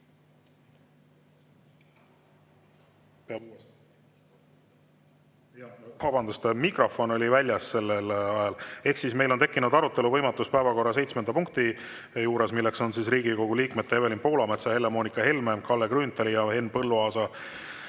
… Vabandust, mikrofon oli väljas. Ehk siis meil on tekkinud arutelu võimatus päevakorra seitsmenda punkti juures, milleks on Riigikogu liikmete Evelin Poolametsa, Helle-Moonika Helme, Kalle Grünthali ja Henn Põlluaasa